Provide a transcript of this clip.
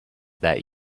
that